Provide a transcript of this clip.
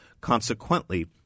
Consequently